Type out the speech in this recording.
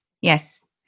Yes